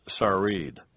Sarid